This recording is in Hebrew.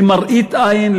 למראית עין,